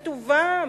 בטובם,